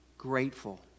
grateful